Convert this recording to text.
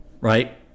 Right